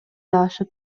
ашып